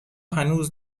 هنوز